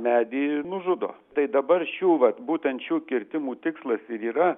medį nužudo tai dabar šių vat būtent šių kirtimų tikslas ir yra